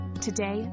Today